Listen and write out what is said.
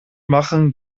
machen